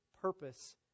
purpose